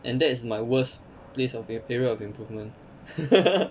and that is my worst place of ar~ area of improvement